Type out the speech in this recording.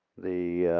the